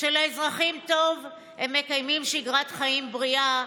כשלאזרחים טוב הם מקיימים שגרת חיים בריאה,